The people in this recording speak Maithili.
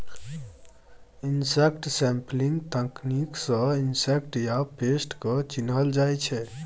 इनसेक्ट सैंपलिंग तकनीक सँ इनसेक्ट या पेस्ट केँ चिन्हल जाइ छै